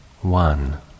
one